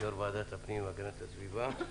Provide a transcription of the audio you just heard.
יושבת ראש ועדת הפנים הגנת הסביבה.